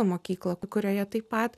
mokyklą kurioje taip pat